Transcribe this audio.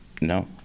No